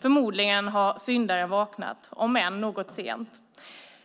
Förmodligen har syndaren vaknat, om än något sent och